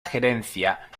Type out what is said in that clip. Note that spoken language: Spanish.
gerencia